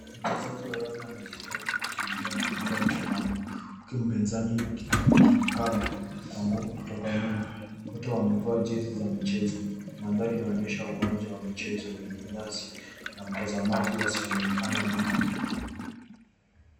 Mchezaji wa raga anajitahidi kukimbia na mpira mkononi huku mpinzani akimkaba kwa nguvu kutoka nyuma. Wote wamevaa jezi za mchezo. Mandhari inaonyesha uwanja wa mchezo wenye nyasi na mtazamaji wasioonekana nyuma.